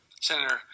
Senator